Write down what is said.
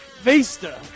vista